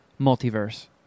multiverse